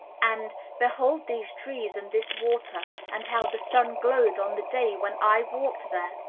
and behold these trees and this water and how the sun glowed on the day when i walked there!